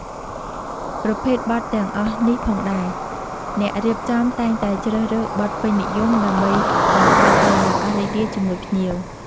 ប្រភេទបទទាំងអស់នេះផងដែរ អ្នករៀបចំតែងតែជ្រើសរើសបទពេញនិយម ដើម្បីបង្កើតបរិយាកាសរីករាយជាមួយភ្ញៀវ។